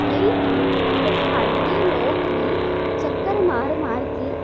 ਨਹੀਂ ਤਾਂ ਤੁਹਾਡੇ ਲੋਕ ਵੀ ਚੱਕਰ ਮਾਰ ਮਾਰ ਕੇ